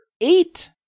eight